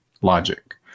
logic